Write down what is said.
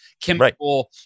chemical